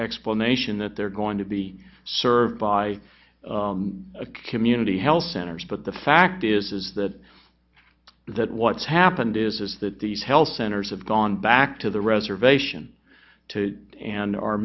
explanation that they're going to be served by community health centers but the fact is that that what's happened is that these health centers have gone back to the reservation and